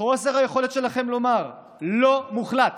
חוסר היכולת שלכם לומר לא מוחלט